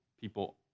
people